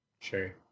Sure